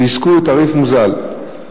שיזכו לתעריף מוזל.